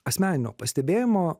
asmeninio pastebėjimo